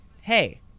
Hey